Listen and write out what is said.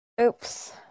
oops